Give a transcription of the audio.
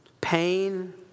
Pain